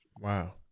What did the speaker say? Wow